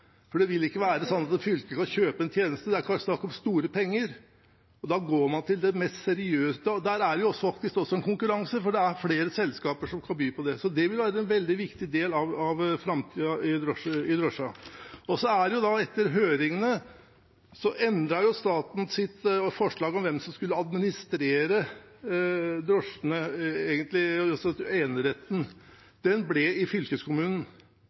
Det vil ikke være sånn at fylker kjøper én tjeneste. Det er snakk om store penger, og da går man til de mest seriøse, og der er det faktisk også en konkurranse, for det er flere selskaper som skal by på det. Så det vil være en veldig viktig del av framtiden for drosjene. Etter høringene endret staten sitt forslag om hvem som skulle administrere eneretten. Det ble i fylkeskommunene. Fylkeskommunene er egentlig proffe, det er de som i